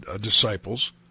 disciples